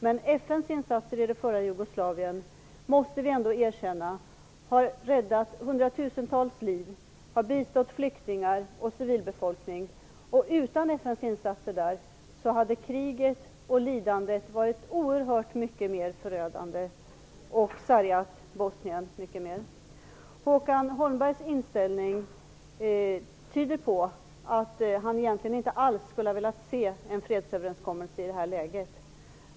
Men vi måste ändå erkänna att FN:s insatser i f.d. Jugoslavien har räddat hundratusentals liv och att man har bistått flyktingar och civilbefolkning. Utan FN:s insatser hade kriget och lidandet varit oerhört mycket mer förödande och Bosnien hade sargats mycket mer. Håkan Holmbergs inställning tyder på att han egentligen inte alls ville se en fredsöverenskommelse i det här läget.